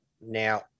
Now